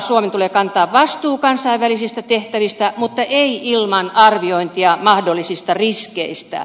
suomen tulee kantaa vastuu kansainvälisistä tehtävistä mutta ei ilman arviointia mahdollisista riskeistä